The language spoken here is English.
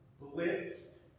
Blitz